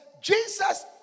Jesus